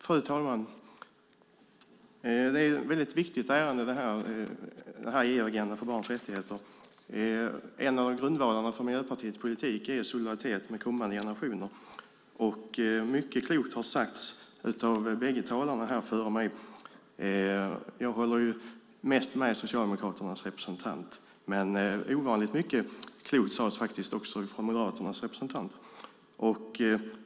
Fru talman! EU:s agenda för barns rättigheter är ett viktigt ärende. En av grundvalarna i Miljöpartiets politik är solidariteten med kommande generationer. Mycket klokt har sagts av bägge talarna här före mig. Jag håller mest med Socialdemokraternas representant, men ovanligt mycket klokt sades även av Moderaternas representant.